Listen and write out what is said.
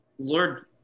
Lord